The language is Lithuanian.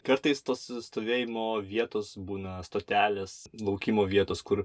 kartais tos stovėjimo vietos būna stotelės laukimo vietos kur